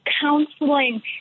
counseling